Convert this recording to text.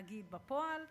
הנגיד בפועל,